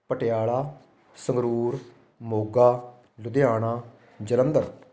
Patiala Sangrur Moga Ludhiana Jalandhar